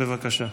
בבקשה.